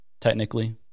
technically